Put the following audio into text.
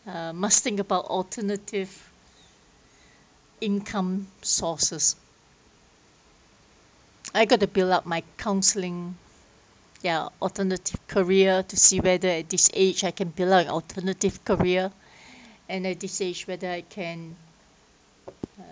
uh must think about alternative income sources I got to build up my counselling ya alternative career to see whether at this age I can build up alternative career and at this age whether I can